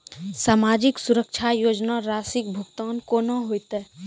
समाजिक सुरक्षा योजना राशिक भुगतान कूना हेतै?